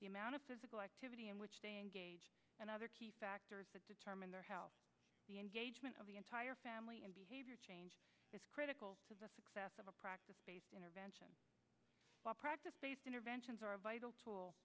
the amount of physical activity in which they engage and other key factors that determine their how the engagement of the entire family and behavior change is critical to the success of a practice intervention practice based interventions are vital tool